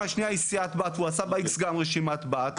השנייה היא סיעת בת והוא עשה בה איקס גם רשימת בת,